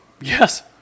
Yes